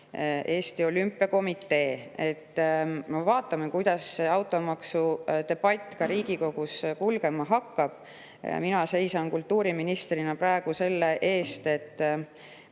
Eesti Olümpiakomitee. No vaatame, kuidas automaksudebatt Riigikogus kulgema hakkab. Mina seisan kultuuriministrina praegu selle eest, et